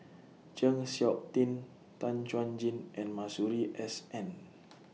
Chng Seok Tin Tan Chuan Jin and Masuri S N